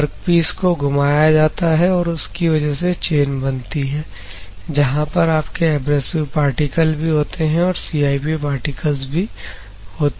तो वर्कपीस को घुमाया जाता है और इसकी वजह से चेन बनती है जहां पर आपके एब्रेसिव पार्टिकल भी होते हैं और CIP पार्टिकल्स भी होते हैं